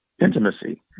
Intimacy